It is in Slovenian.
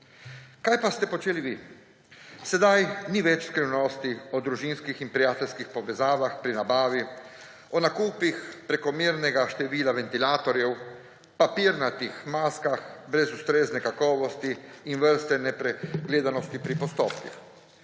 Kaj pa ste počeli vi? Sedaj ni več skrivnosti o družinskih in prijateljskih povezavah pri nabavi, o nakupih prekomernega števila ventilatorjev, papirnatih maskah brez ustrezne kakovosti in vrste nepregledanosti pri postopkih.